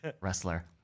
wrestler